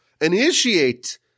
initiate